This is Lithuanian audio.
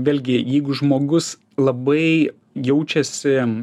belgi jeigu žmogus labai jaučiasi